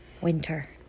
winter